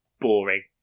boring